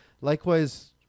Likewise